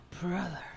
Brother